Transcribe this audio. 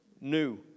new